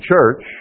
church